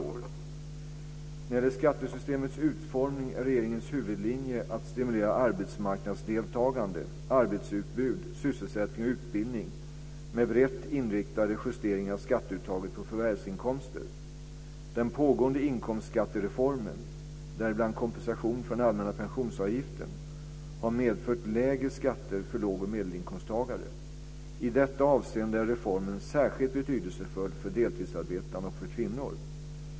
När det gäller skattesystemets utformning är regeringens huvudlinje att stimulera arbetsmarknadsdeltagande, arbetsutbud, sysselsättning och utbildning med brett inriktade justeringar av skatteuttaget på förvärvsinkomster. Den pågående inkomstskattereformen - däribland kompensation för den allmänna pensionsavgiften - har medfört lägre skatter för lågoch medelinkomsttagare. I detta avseende är reformen särskilt betydelsefull för deltidsarbetande och för kvinnor.